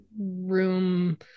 room